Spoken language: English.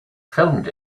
filmed